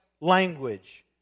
language